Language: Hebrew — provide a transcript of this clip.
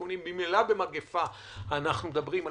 ממילא, במגפה אנחנו מדברים על